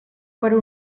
per